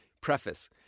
Preface